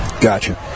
Gotcha